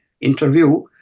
interview